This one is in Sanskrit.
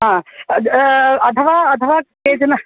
हा अतः अतः अतः केचन